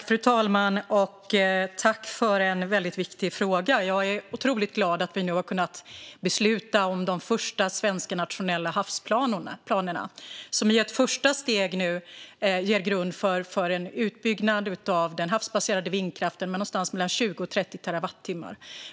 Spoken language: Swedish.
Fru talman! Tack, Axel Hallberg, för en väldigt viktig fråga! Jag är otroligt glad över att vi nu har kunnat besluta om de första svenska nationella havsplanerna, som i ett första steg ger en grund för en utbyggnad av den havsbaserade vindkraften på någonstans mellan 20 och 30 terawattimmar.